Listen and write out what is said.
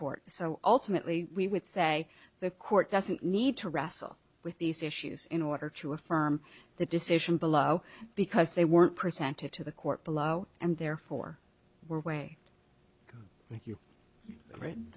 court so ultimately we would say the court doesn't need to wrestle with these issues in order to affirm the decision below because they weren't presented to the court below and therefore we're way